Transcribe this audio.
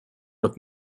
with